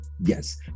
Yes